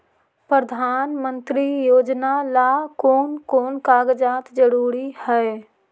प्रधानमंत्री योजना ला कोन कोन कागजात जरूरी है?